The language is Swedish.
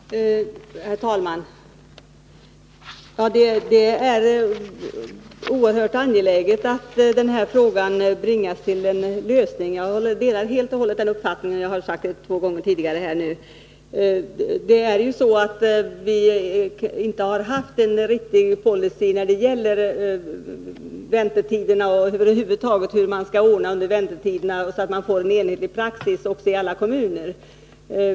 Herr talman! Det är oerhört angeläget att denna fråga bringas till en lösning. Jag delar helt och hållet den uppfattningen — det har jag sagt två gånger tidigare. Vi har inte haft en riktig policy när det gäller väntetiderna och hur man över huvud taget skall ordna saker och ting under väntetiderna, så att man får en enhetlig praxis i alla kommuner.